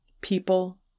people